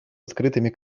открытыми